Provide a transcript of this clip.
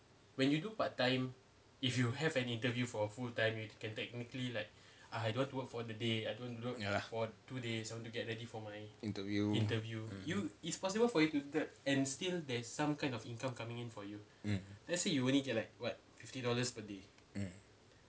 ya lah interview mm mm mm